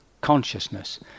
consciousness